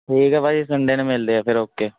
ਠੀਕ ਹੈ ਭਾਅ ਜੀ ਸੰਡੇ ਨੂੰ ਮਿਲਦੇ ਹਾਂ ਫਿਰ ਓਕੇ